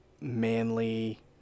manly